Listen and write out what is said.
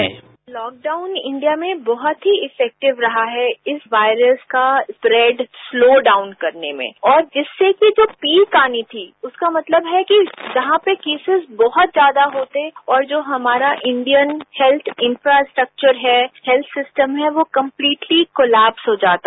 bite lockdown India में बहुत ही इफेक्टिव रहा है इस वायरस का स्परेड स्लो डाउन करने में और इससे जो कि पीक आनी थी उसका मतलब ये है कि जहां पर केसेज बहुत ज्यादा होते और जो हमारा इंडियन हेत्थ इंफ्रास्टक्चर है हेल्थ सिस्टम है वो कंपलीटली कोलेप्स हो जाता